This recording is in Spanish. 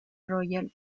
royal